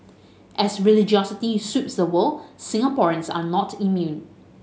as religiosity sweeps the world Singaporeans are not immune